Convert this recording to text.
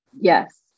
Yes